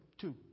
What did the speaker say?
two